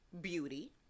Beauty